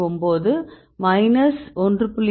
9 minus 1